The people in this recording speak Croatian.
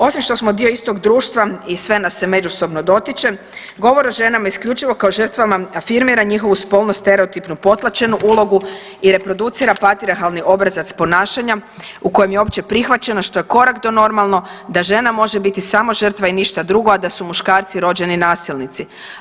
Osim što smo dio i istog društva i sve nas se međusobno dotiče, govor o ženama isključivo kao žrtvama afirmira njihovu spolnost stereotipno potlačenu ulogu i reproducira patrijarhalni obrazac ponašanja u kojem je opće prihvaćeno što je korak do normalno da žena može biti samo žrtva i ništa drugo, a da su muškarci rođeni nasilnici.